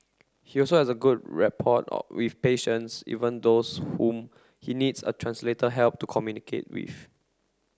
he also has a good rapport of with patients even those whom he needs a translator help to communicate with